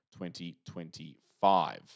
2025